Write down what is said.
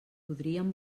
podríem